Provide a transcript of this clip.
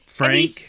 Frank